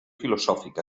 filosòfica